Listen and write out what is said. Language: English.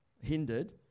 hindered